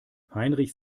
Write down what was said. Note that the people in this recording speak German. heinrich